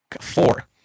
four